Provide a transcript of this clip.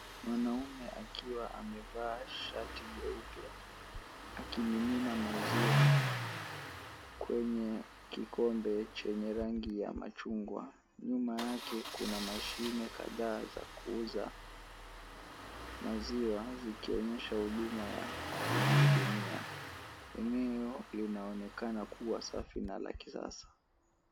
Mwanamume akiwa amevaa shati jeupe akimimina maziwa kwenye kikombe chenye rangi ya machungwa. Nyuma yake kuna mashine kadhaa za kuuza maziwa, zikionyesha huduma ya kujihudumia. Eneo linaonekana kuwa safi na la kisasa.